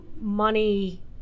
money